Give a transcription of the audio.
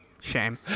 Shame